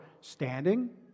standing